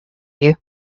you